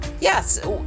yes